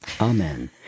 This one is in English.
Amen